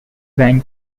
went